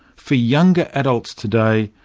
for younger adults today,